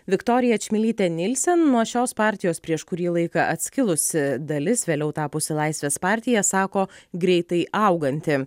viktoriją čmilytę nilsen nuo šios partijos prieš kurį laiką atskilusi dalis vėliau tapusi laisvės partija sako greitai auganti